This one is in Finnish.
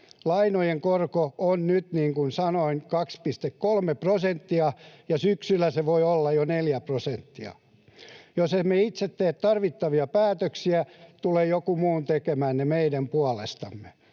Lainojen korko on nyt, niin kuin sanoin, 2,3 prosenttia, ja syksyllä se voi olla jo 4 prosenttia. Jos emme itse tee tarvittavia päätöksiä, tulee joku muu tekemään ne meidän puolestamme.